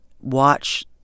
watch